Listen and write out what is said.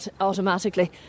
automatically